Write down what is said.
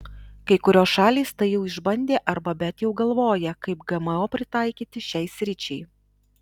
kai kurios šalys tai jau išbandė arba bet jau galvoja kaip gmo pritaikyti šiai sričiai